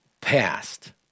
past